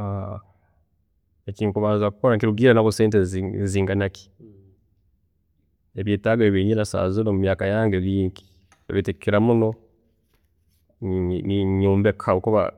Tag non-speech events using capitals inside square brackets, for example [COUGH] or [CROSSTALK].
﻿ Ekinkubanza kukola nikirugirra nabwe sente [HESITATION] nizinganaki. Ebyetaago ebinyina saaha zinu mumyaaka yange bingi. Beitu ekili kukira muno [HESITATION] ninyombeka habwokuba